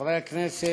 חברי הכנסת,